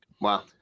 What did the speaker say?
Wow